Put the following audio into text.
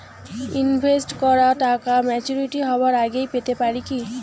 Invest করা টাকা maturity হবার আগেই পেতে পারি কি?